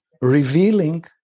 revealing